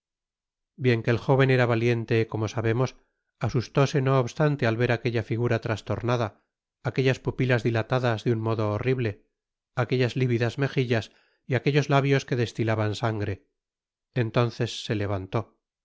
bien que el jóven era valiente como sabemos asustóse no obstante al ver aquella figura trastornada aquellas pupilas dilatadas de nn modo horrible aquellas lívidas mejillas y aquellos labios que destilaban sangre entonces se levantó